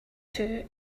two